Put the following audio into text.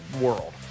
world